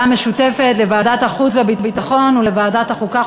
המשותפת לוועדת החוץ והביטחון ולוועדת החוקה,